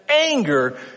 anger